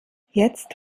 jetzt